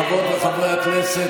חברות וחברי כנסת,